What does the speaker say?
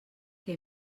que